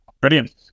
Brilliant